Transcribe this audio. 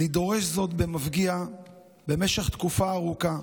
אני דורש זאת במפגיע במשך תקופה ארוכה,